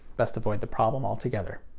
best avoid the problem all together.